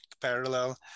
parallel